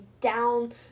down